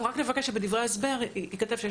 אנחנו רק נבקש שבדברי ההסבר ייכתב שיש